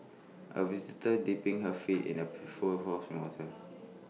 A visitor dipping her feet in A pail full of spring water